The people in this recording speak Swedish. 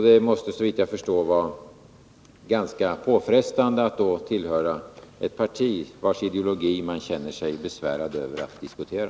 Det måste, såvitt jag förstår, vara ganska påfrestande att då tillhöra ett parti vars ideologi man känner sig besvärad över att diskutera.